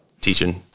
Teaching